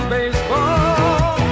Baseball